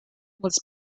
was